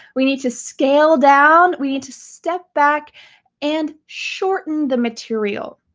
we need to scale down, we need to step back and shorten the material.